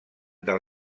del